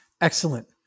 Excellent